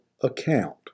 account